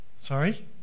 Sorry